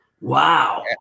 Wow